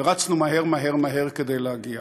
ורצנו מהר מהר מהר כדי להגיע.